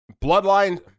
Bloodline